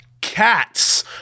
cats